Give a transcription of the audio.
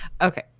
Okay